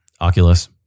Oculus